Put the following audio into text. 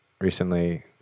recently